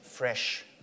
fresh